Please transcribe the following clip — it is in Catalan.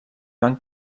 van